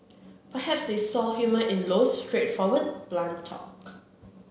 perhaps they saw the humour in Low's straightforward blunt talk